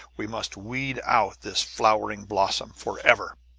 we must weed out this flowing blossom forever!